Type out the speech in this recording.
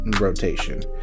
rotation